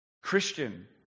Christian